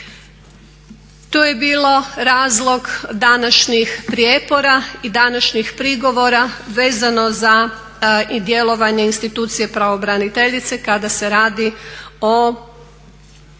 To je bio razlog današnjih prijepora i današnjih prigovora vezano za djelovanje institucije pravobraniteljice kada se radi o